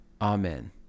Amen